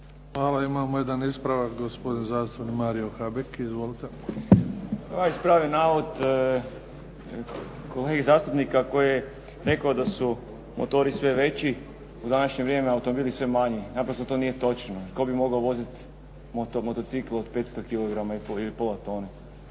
Hvala. Imamo jedan ispravak, gospodin zastupnik Mario Habek. Izvolite. **Habek, Mario (SDP)** Ja ispravljam navod kolege zastupnika koji je rekao da su motori sve veći u današnje vrijeme, automobili sve manji. Naprosto, to nije točno. Tko bi mogao voziti motocikl od 500 kilograma ili pola tone?